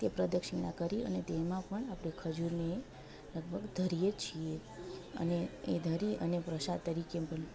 તે પ્રદક્ષિણા કરી અને તેમાં આપણે ખજૂરને એ લગભગ ધરીએ છીએ અને એ ધરી અને પ્રસાદ તરીકે પણ